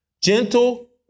gentle